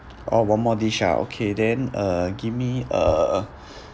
oh one more dish ah okay then uh give me uh